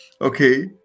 Okay